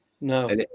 No